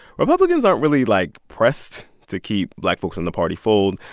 republicans aren't really, like, pressed to keep black folks in the party fold.